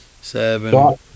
seven